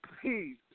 Please